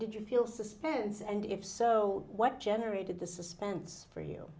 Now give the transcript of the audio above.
did you feel suspense and if so what generated the suspense for you